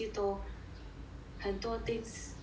很多 things